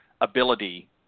ability